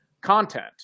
content